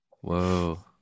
Whoa